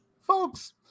Folks